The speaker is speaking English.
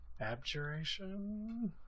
abjuration